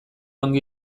ongi